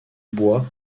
bois